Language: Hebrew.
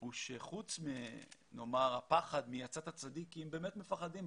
הוא שחוץ מהפחד מ"יצאת צדיק" - כי באמת הם מפחדים,